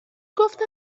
گفتن